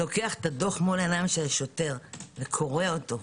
לוקח את הדוח מול עיניי השוטר וקורע אותו,